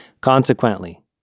Consequently